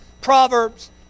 Proverbs